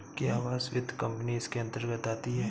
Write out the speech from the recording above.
क्या आवास वित्त कंपनी इसके अन्तर्गत आती है?